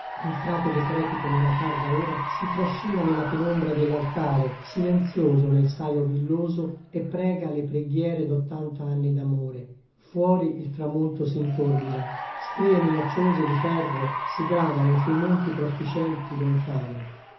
un frate decrepito nella tarda ora si trascina nella penombra dell'altare silenzioso nel saio villoso e prega le preghiere d'ottanta anni d'amore fuori il tramonto s'intorbida strie minacciose di ferro si gravano sui monti prospicenti lontane